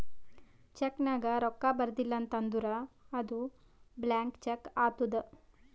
check ನಾಗ್ ರೊಕ್ಕಾ ಬರ್ದಿಲ ಅಂತ್ ಅಂದುರ್ ಅದು ಬ್ಲ್ಯಾಂಕ್ ಚೆಕ್ ಆತ್ತುದ್